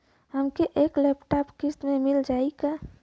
हमके एक लैपटॉप किस्त मे मिल जाई का?